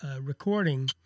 recording